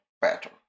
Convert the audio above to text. better